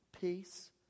peace